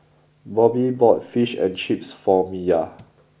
Bobbie bought Fish and Chips for Miya